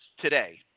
today